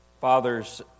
Father's